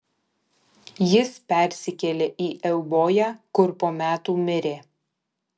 jis persikėlė į euboją kur po metų mirė